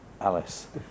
Alice